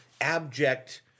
abject